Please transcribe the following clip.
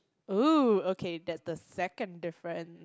oh okay that's the second difference